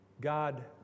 God